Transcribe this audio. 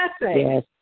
Yes